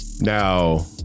Now